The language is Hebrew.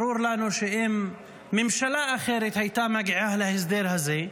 שאם ממשלה אחרת הייתה מגיעה להסדר הזה,